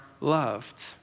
loved